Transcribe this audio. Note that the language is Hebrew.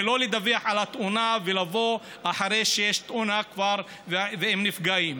ולא לדווח על התאונה ולבוא אחרי שכבר יש תאונה והם נפגעים.